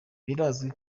birazwi